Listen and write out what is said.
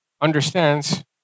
understands